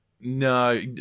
No